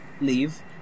leave